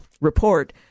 report